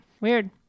weird